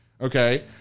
okay